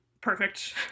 perfect